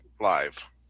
live